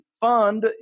fund